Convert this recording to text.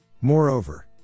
Moreover